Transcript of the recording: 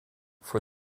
for